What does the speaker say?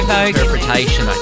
Interpretation